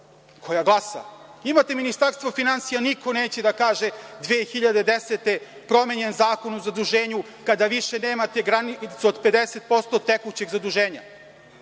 koja glasa, imate Ministarstvo finansija, niko neće da kaže 2010. godine promenjen je Zakon o zaduženju kada više nemate granicu od 50% tekućeg